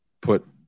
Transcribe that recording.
put